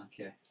okay